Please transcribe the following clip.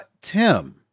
Tim